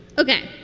ok.